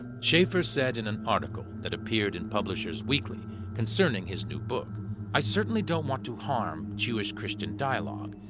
schafer said in an article that appeared in publishers weekly concerning his new book i certainly don't want to harm jewish-christian dialogue.